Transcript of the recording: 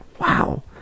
Wow